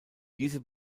diese